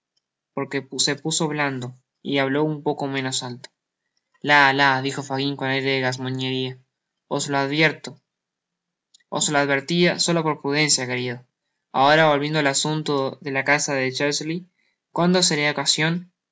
porque se puso blando y habló un poco menos alto la la dijo fagin con aire de gazmoñeria os lo advertia solo por prudencia querido ahora volviendo al asunto de esa casa de cherlsey cuando será ocasion de